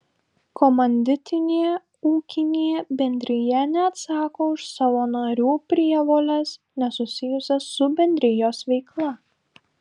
komanditinė ūkinė bendrija neatsako už savo narių prievoles nesusijusias su bendrijos veikla